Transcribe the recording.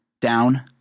down